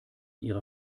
ihrer